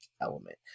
element